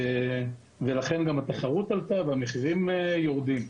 לכן גם התחרות עלתה והמחירים יורדים.